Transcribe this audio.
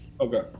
Okay